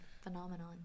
phenomenon